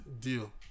deal